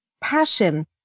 passion